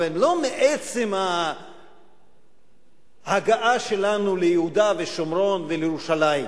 אבל הם לא מעצם ההגעה שלנו ליהודה ושומרון ולירושלים.